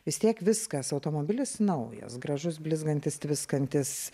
vis tiek viskas automobilis naujas gražus blizgantis tviskantis